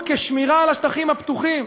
החקלאות כשמירה על השטחים הפתוחים,